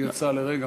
יצאה לרגע.